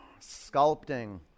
Sculpting